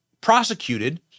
prosecuted